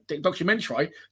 Documentary